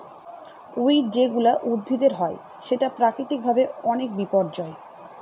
weed যেগুলা উদ্ভিদের হয় সেটা প্রাকৃতিক ভাবে অনেক বিপর্যই